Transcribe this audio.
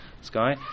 sky